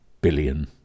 billion